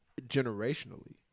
generationally